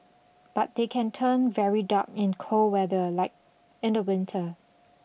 but they can turn very dark in cold weather like in the winter